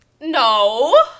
no